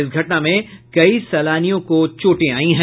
इस घटना में कई सैलानियों को चोटें आयी हैं